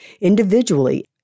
individually